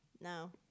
No